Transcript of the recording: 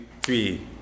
three